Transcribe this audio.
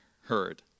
heard